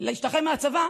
ולא להשתחרר מהצבא.